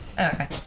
Okay